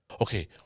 okay